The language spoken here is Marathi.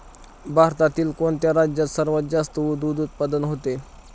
भारतातील कोणत्या राज्यात सर्वात जास्त दूध उत्पादन होते?